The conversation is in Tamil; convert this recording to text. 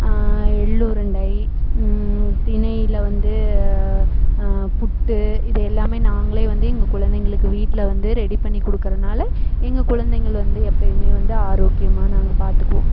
எள்ளு உருண்டை தினையில் வந்து புட்டு இது எல்லாம் நாங்களே வந்து எங்க குழந்தைகளுக்கு வீட்டில் வந்து ரெடி பண்ணி கொடுக்குறனால எங்கள் குழந்தைங்கள் வந்து எப்பயும் வந்து ஆரோக்கியமாக நாங்கள் பார்த்துக்குவோம்